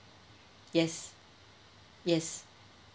yes yes